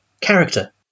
character